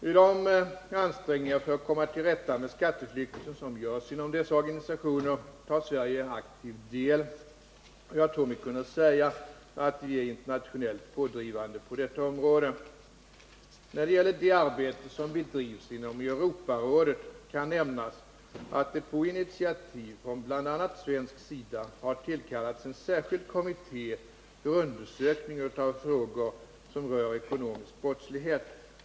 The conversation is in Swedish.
I de ansträngningar för att komma till rätta med skatteflykten som görs inom dessa organisationer tar Sverige aktiv del, och jag tror mig kunna säga att vi är internationellt pådrivande på detta område. När det gäller det arbete som bedrivs inom Europarådet kan nämnas att det på initiativ från bl.a. svensk sida har tillkallats en särskild kommitté för undersökning av frågor som rör ekonomisk brottslighet.